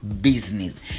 business